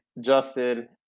Justin